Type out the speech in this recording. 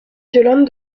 violentes